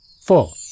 four